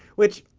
which.